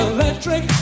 Electric